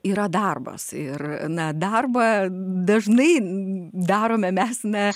yra darbas ir na darbą dažnai darome mes ne